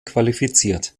qualifiziert